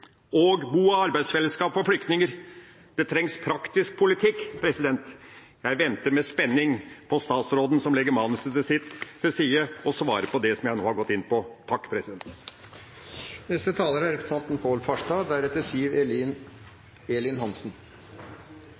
og bo- og arbeidsfellesskap for flyktninger? Det trengs praktisk politikk. Jeg venter i spenning på statsråden, som legger manuset sitt til side og svarer på det jeg nå har gått inn på.